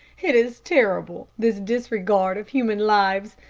it is terrible this disregard of human lives.